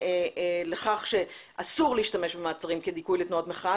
לכך שאסור להשתמש במעצרים כדיכוי תנועות מחאה.